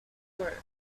group